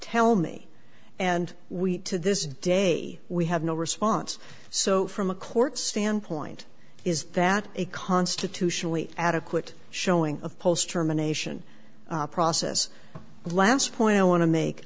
tell me and week to this day we have no response so from a court standpoint is that a constitutionally adequate showing of post germination process last point i want to make